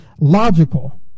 logical